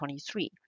2023